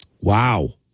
wow